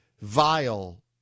Vile